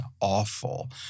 awful